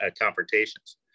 confrontations